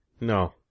No